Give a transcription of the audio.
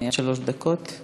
עד שלוש דקות.